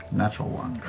natural one.